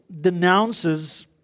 denounces